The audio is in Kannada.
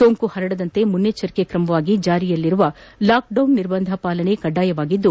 ಸೋಂಕು ಪರಡದಂತೆ ಮುನ್ನೆಜ್ವರಿಕೆ ಕ್ರಮವಾಗಿ ಜಾರಿಯಲ್ಲಿರುವ ಲಾಕ್ಡೌನ್ ನಿರ್ಬಂಧ ಪಾಲನೆ ಕಡ್ಡಾಯವಾಗಿದ್ದು